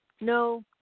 No